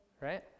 right